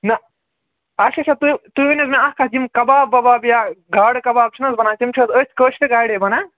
نہَ اَچھا اَچھا تُہۍ تُہۍ ؤنِو حظ مےٚ اکھ کَتھ یِم کَباب وَباب یا گاڈٕ کَباب چھِنہٕ حظ بَنان تِم چھِ حظ أتھۍ کٲشرِ گاڈے بَنان